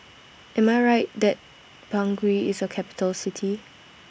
Am I Right that Bangui IS A Capital City